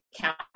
count